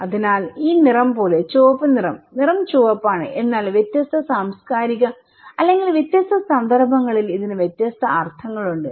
അതിനാൽ ഈ നിറം പോലെ ചുവപ്പ് നിറം നിറം ചുവപ്പാണ് എന്നാൽ വ്യത്യസ്ത സാംസ്കാരിക അല്ലെങ്കിൽ വ്യത്യസ്ത സന്ദർഭങ്ങളിൽ ഇതിന് വ്യത്യസ്ത അർത്ഥമുണ്ട്